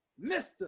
Mr